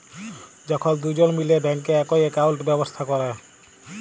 যখল দুজল মিলে ব্যাংকে একই একাউল্ট ব্যবস্থা ক্যরে